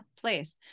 place